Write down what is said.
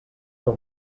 fer